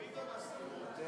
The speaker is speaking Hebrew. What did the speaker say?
מוותרת.